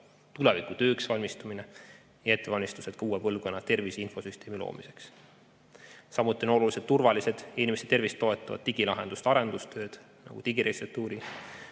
tulevikutööks valmistumine ja ka ettevalmistused uue põlvkonna tervise infosüsteemi loomiseks. Samuti on olulised turvaliste ja inimeste tervist toetavaid digilahenduste arendustööd, nagu digiregistratuuri,